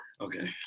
Okay